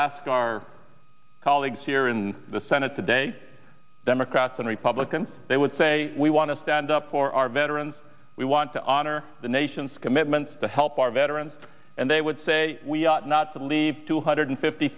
ask our colleagues here in the senate today democrats and republicans they would say we want to stand up for our veterans we want to honor the nation's commitments to help our veterans and they would say we ought not to leave two hundred fifty